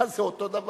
מה זה, אותו דבר.